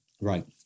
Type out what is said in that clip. Right